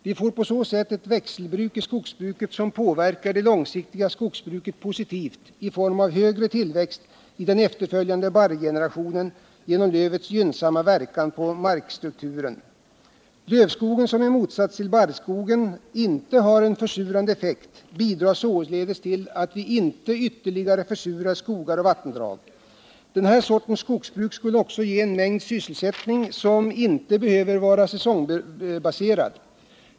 Vi får på så sätt ett växelbruk i skogsbruket, som genom lövets gynnsamma verkan på markstrukturen påverkar det långsiktiga skogsbruket positivt i form av bättre tillväxt i den efterföljande barrgenerationen. Lövskogen, som i motsats till barrskogen inte har någon försurande effekt, bidrar således till att skogar och vattendrag inte ytterligare försuras. Den här sortens skogsbruk skulle också ge en mängd olika sysselsättningar, som inte behöver vara säsongbaserade.